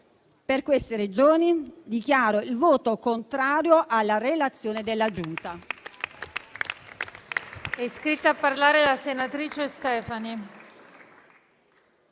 Per queste ragioni, dichiaro il voto contrario alla relazione della Giunta.